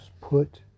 put